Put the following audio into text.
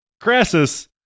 Crassus